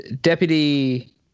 deputy